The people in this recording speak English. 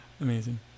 amazing